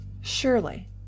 Surely